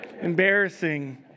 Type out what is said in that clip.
embarrassing